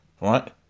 right